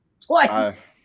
twice